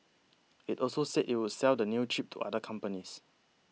it also said it would sell the new chip to other companies